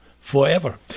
forever